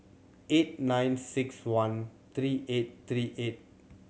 eight nine six one three eight three eight